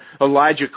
Elijah